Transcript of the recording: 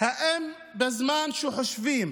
אם בזמן שחושבים